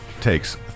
takes